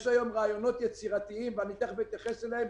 יש היום רעיונות יצירתיים שאני אתייחס אליהם,